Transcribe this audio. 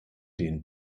den